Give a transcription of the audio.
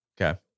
Okay